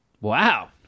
Wow